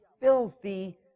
filthy